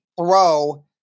throw